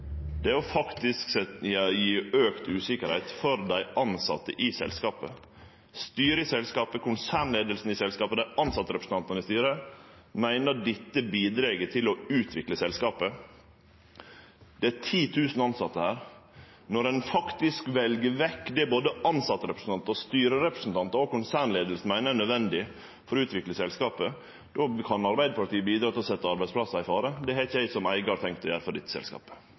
er faktisk å auke usikkerheita for dei tilsette i selskapet. Styret i selskapet, konsernleiinga i selskapet og tilsetterepresentantane i styret meiner dette bidreg til å utvikle selskapet. Det er 10 000 tilsette. Når ein faktisk vel vekk det både tilsetterepresentantar, styrerepresentantar og konsernleiing meiner er nødvendig for å utvikle selskapet, kan Arbeidarpartiet bidra til å setje arbeidsplassar i fare. Det har ikkje eg som eigar tenkt å gjere for dette selskapet.